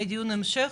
יהיה דיון המשך,